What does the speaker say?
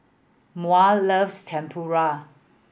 Maury loves Tempura